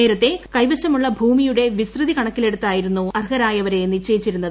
നേരത്തെ കൈവശമുള്ള ഭൂമിയുടെ വിസ്തൃതി കണക്കിലെടുത്തായിരുന്നു അർഹരായവരെ നിശ്ചയിച്ചിരുന്നത്